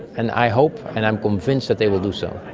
and i hope and i am convinced that they will do so.